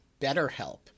BetterHelp